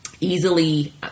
easily